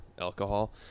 alcohol